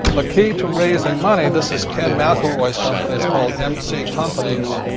the key to raising money. this is ken mcelroy's company. it's called mc companies.